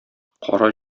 кара